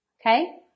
Okay